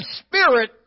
spirit